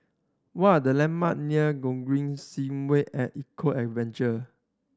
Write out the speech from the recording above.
what are the landmark near Gogreen Segway At Eco Adventure